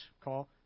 call